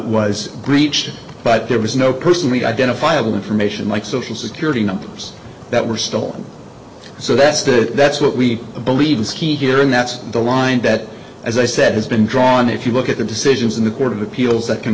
was breached but there was no personally identifiable information like social security numbers that were stolen so that's the that's what we believe it's he hearing that's the line that as i said has been drawn if you look at the decisions in the court of appeals that can